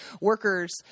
workers